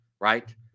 right